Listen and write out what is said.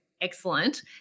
excellent